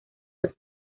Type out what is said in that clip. los